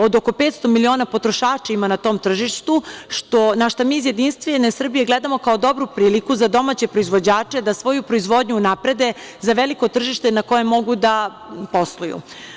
Od oko 500 miliona potrošača ima na tom tržištu, na šta mi iz JS gledamo kao dobru priliku za domaće proizvođače da svoju proizvodnju unaprede za veliko tržište na koje mogu da posluju.